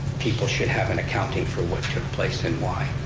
people should have an accounting for what took place and why.